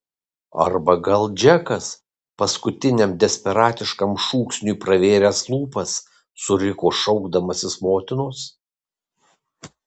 arba gal džekas paskutiniam desperatiškam šūksniui pravėręs lūpas suriko šaukdamasis motinos